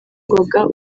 ngoga